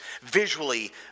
visually